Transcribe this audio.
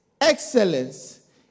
Excellence